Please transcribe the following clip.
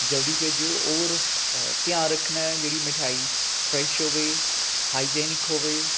ਜਲਦੀ ਭੇਜੋ ਔਰ ਧਿਆਨ ਰੱਖਣਾ ਜਿਹੜੀ ਮਿਠਾਈ ਫਰੇਸ਼ ਹੋਵੇ ਹਾਇਜੇਨਿਕ ਹੋਵੇ